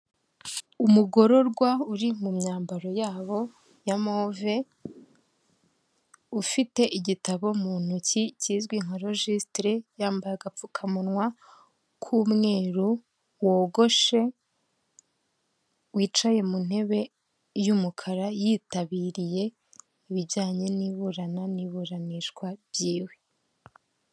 Umugororwa uri mu myambaro yabo ya move ufite igitabo mu ntoki kizwi nka logisitire, yambaye agapfukamunwa k'umweruru wogoshe, wicaye mu ntebe y'umukara yitabiriye ibijyanye n'iburana n'iburanishwa byiwe